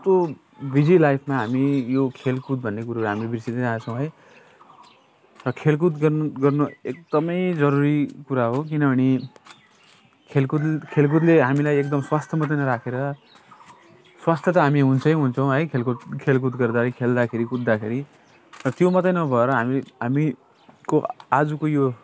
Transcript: यस्तो बिजी लाइफमा हामी यो खेलकुद भन्ने कुरोहरू हामी बिर्सिँदै जाँदैछौँ है र खेलकुद गर् गर्न एकदमै जरुरी कुरा हो किनभने खेलकुद खेलकुदले हामीलाई एकदम स्वस्थ्य मात्रै नराखेर स्वस्थ्य त हामी हुन्छै हुन्छौँ है खेलकुद खेलकुद गर्दाखेरि खेल्दाखेरि कुद्दाखेरि त्यो मात्रै नभएर हामी हामी को आजको यो